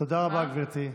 תודה רבה, גברתי.